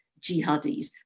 jihadis